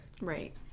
Right